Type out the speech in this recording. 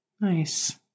nice